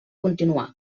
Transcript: continuar